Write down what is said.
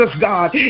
God